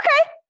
Okay